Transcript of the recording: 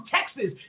Texas